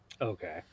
Okay